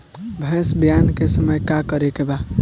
भैंस ब्यान के समय का करेके बा?